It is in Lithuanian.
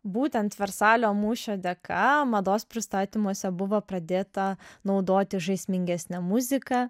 būtent versalio mūšio dėka mados pristatymuose buvo pradėta naudoti žaismingesnė muzika